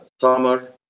summer